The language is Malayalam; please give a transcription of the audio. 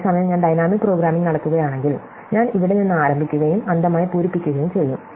അതേസമയം ഞാൻ ഡൈനാമിക് പ്രോഗ്രാമിംഗ് നടത്തുകയാണെങ്കിൽ ഞാൻ ഇവിടെ നിന്ന് ആരംഭിക്കുകയും അന്ധമായി പൂരിപ്പിക്കുകയും ചെയ്യും